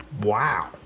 Wow